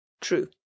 True